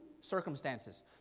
circumstances